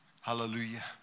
Hallelujah